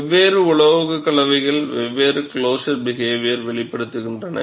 வெவ்வேறு உலோகக்கலவைகள் வெவ்வேறு க்ளோஸர் பிகேவியர் வெளிப்படுத்துகின்றன